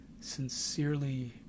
sincerely